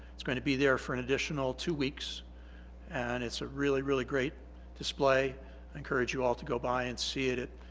it's going to be there for an additional two weeks and it's a really really great display. i encourage you all to go by and see it.